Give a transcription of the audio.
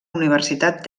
universitat